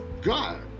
God